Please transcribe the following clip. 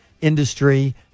industry